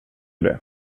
det